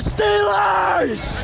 Steelers